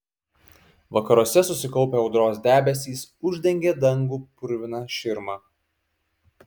vakaruose susikaupę audros debesys uždengė dangų purvina širma